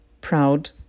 proud